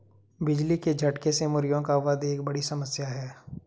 बिजली के झटके से मुर्गियों का वध एक बड़ी समस्या है